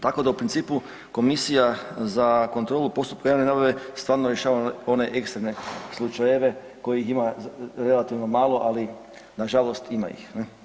Tako da u principu Komisija za kontrolu postupaka javne nabave stvarno rješava one ekstremne slučajeve koje ima relativno malo, ali nažalost ima ih.